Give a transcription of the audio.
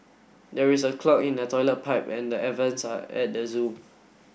there is a clog in the toilet pipe and the air vents are at the zoo